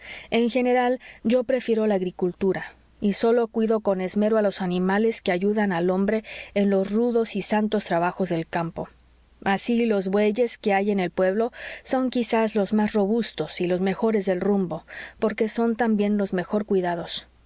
en general yo prefiero la agricultura y sólo cuido con esmero a los animales que ayudan al hombre en los rudos y santos trabajos del campo así los bueyes que hay en el pueblo son quizás los más robustos y los mejores del rumbo porque son también los mejor cuidados